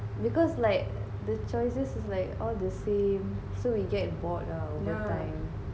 because like the choices is like all the same so we get bored ah all the time